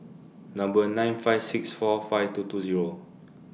Number nine five six four five two two Zero